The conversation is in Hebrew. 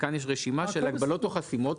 וכאן יש רשימה של הגבלות וחסימות.